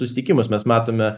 susitikimus mes matome